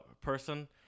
person